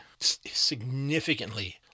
significantly